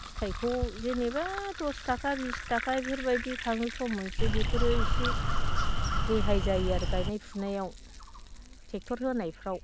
फिथाइखौ जेनेबा दस थाखा बिस थाखा बेफोरबायदि थाङो सम मोनसे बेफोरो इसे रेहाय जायो आरो गायनाय फुनायाव ट्रेक्ट'र होनायफ्राव